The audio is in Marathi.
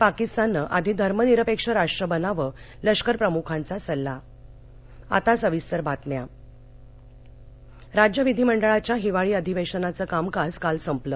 पाकिस्ताननं आधी धर्मनिरपेक्ष राष्ट्र बनावं लष्कर प्रमुखांचा सल्ला संस्थगित राज्य विधी मंडळाच्या हिवाळी अधिवेशनाचं कामकाज काल संपलं